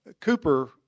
Cooper